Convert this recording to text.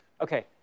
Okay